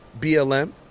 BLM